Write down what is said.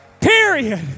period